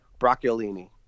Broccolini